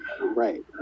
right